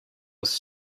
was